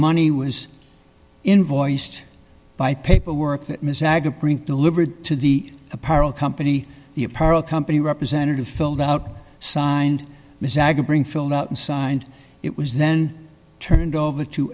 money was invoiced by paperwork that ms ag delivered to the apparel company the apparel company representative filled out signed bring filled out and signed it was then turned over to